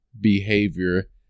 behavior